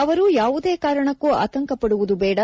ಅವರು ಯಾವುದೇ ಕಾರಣಕ್ಕೂ ಆತಂಕಪದುವುದು ಬೇಡ